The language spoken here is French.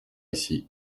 ici